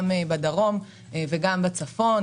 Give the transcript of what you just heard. גם בדרום וגם בצפון,